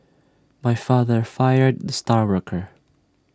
my father fired the star worker